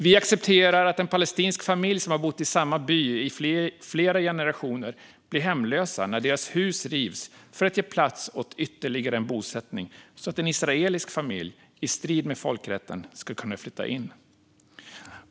Vi accepterar att en palestinsk familj som har bott i samma by i flera generationer blir hemlös när deras hus rivs för att ge plats åt ytterligare en bosättning så att en israelisk familj, i strid med folkrätten, ska kunna flytta in.